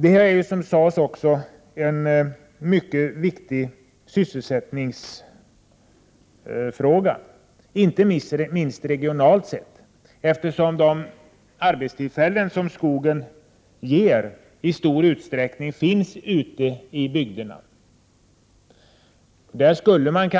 Detta med skogen är också, som sades, en mycket viktig sysselsättningsfråga, inte minst regionalt sett, eftersom de arbetstillfällen skogen ger i stor utsträckning finns ute i bygderna. Man skulle,